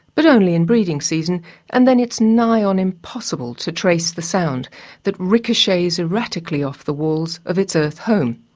but only in breeding season and then it's nigh and impossible to trace the sound that ricochets erratically off the walls of its earth home.